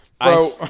Bro